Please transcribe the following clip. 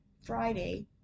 Friday